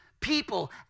people